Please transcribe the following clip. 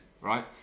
right